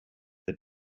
the